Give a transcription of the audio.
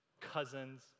cousins